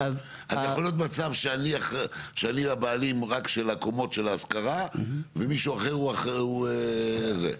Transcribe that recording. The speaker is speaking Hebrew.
אז יכול להיות מצב שאני הבעלים רק של הקומות להשכרה ומישהו אחר הוא זה?